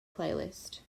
playlist